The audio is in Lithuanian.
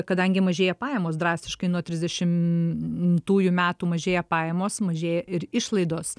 kadangi mažėja pajamos drastiškai nuo trisdešimtųjų metų mažėja pajamos mažėja ir išlaidos